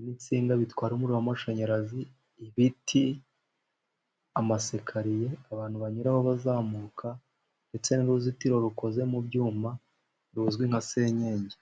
n'insinga bitwara umuriro w'amashanyarazi, ibiti, amasekariye abantu banyuraho bazamuka, ndetse n'uruzitiro rukoze mu byuma ruzwi nka senyenge.